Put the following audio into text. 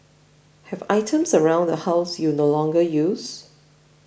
have items around the house you no longer use